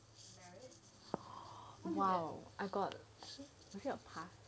!wow! I got is it pass